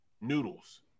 noodles